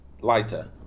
lighter